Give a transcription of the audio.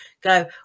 go